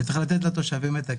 צריך לתת לתושבים את הכלים.